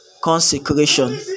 consecration